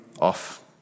Off